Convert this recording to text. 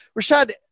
Rashad